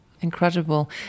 Incredible